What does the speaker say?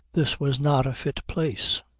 this was not a fit place.